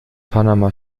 panama